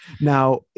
Now